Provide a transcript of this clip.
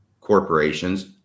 corporations